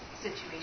situation